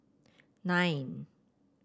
nine